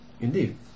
Indeed